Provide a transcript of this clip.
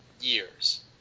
years